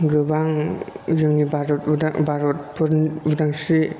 गोबां जोंनि भारत उदां भारतफोरनि उदांस्रि